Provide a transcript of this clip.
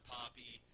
Poppy